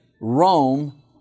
Rome